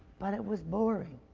but it was boring.